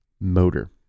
motor